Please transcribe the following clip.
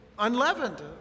unleavened